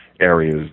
areas